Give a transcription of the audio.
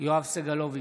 יואב סגלוביץ'